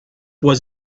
was